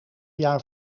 jaar